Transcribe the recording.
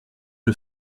que